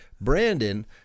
brandon